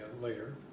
later